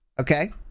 Okay